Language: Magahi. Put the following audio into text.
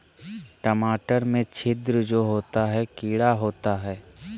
टमाटर में छिद्र जो होता है किडा होता है?